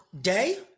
day